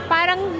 Parang